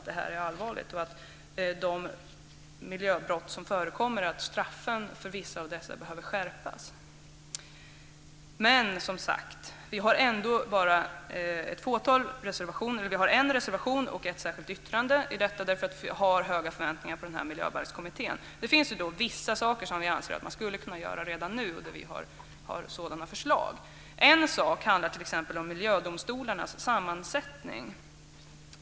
Det är allvarligt. Straffen för vissa av de miljöbrott som förekommer behöver skärpas. Vi har ändå bara ett par reservationer - vi har en reservation och ett särskilt yttrande i just detta avseende - därför att vi har höga förväntningar på Miljöbalkskommittén. Det finns vissa saker som vi anser man skulle kunna göra redan nu, och där har vi förslag. En sak handlar t.ex. om miljödomstolarnas sammansättning.